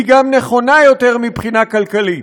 היא גם נכונה יותר מבחינה כלכלית.